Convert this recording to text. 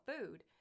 Food